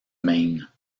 maine